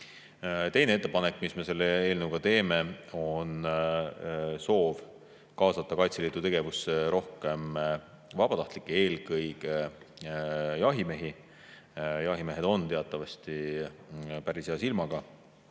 Teine ettepanek, mille me eelnõuga teeme, on soov kaasata Kaitseliidu tegevusse rohkem vabatahtlikke, eelkõige jahimehi. Jahimehed on teatavasti päris hea silmaga